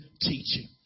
teaching